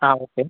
ആ ഓക്കേ